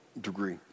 degree